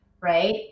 right